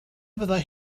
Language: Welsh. fyddai